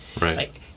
Right